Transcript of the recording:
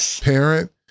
parent